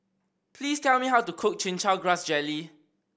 please tell me how to cook Chin Chow Grass Jelly